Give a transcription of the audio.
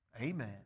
Amen